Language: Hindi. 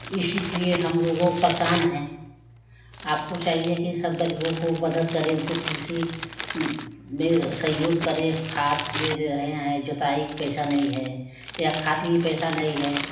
इसी के लिए हम लोगों परेशान हैं आपको चाहिए कि सब गरीबों को मदद करें उनको कृषि में सहयोग करें खाद ले रहे हैं जोताई के पैसा नहीं है या खाद के लिए पैसा नहीं है